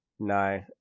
No